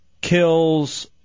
kills